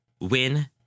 win